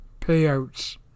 payouts